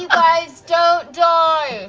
guys, don't die!